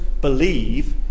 believe